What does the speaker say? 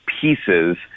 pieces